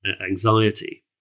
anxiety